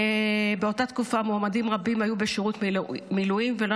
באותה תקופה מועמדים רבים היו בשירות מילואים ולא